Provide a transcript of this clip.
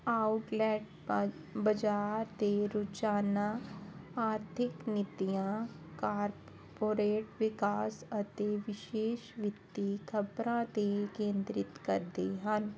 outlet ਬ ਬਜ਼ਾਰ ਦੇ ਰੁਝਾਨਾਂ ਆਰਥਿਕ ਨੀਤੀਆਂ ਕਾਰਪੋਰੇਟ ਵਿਕਾਸ ਅਤੇ ਵਿਸ਼ੇਸ਼ ਵਿੱਤੀ ਖਬਰਾਂ 'ਤੇ ਕੇਂਦਰਿਤ ਕਰਦੇ ਹਨ